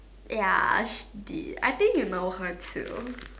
ya she did I think you know her too